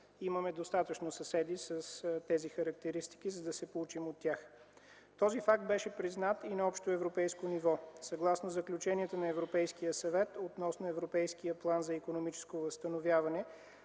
Имаме достатъчно съседи с тези характеристики, за да се поучим от тях. Този факт беше признат и на общоевропейско ниво. Съгласно заключението на Европейския съвет относно Европейския план за икономическо възстановяване